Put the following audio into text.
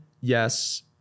yes